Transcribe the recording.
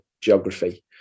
geography